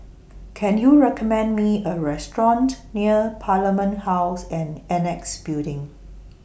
Can YOU recommend Me A Restaurant near Parliament House and Annexe Building